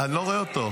אני לא רואה אותו.